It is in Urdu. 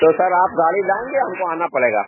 تو سر آپ گاڑی لائیں گے یا ہم کو آنا پڑے گا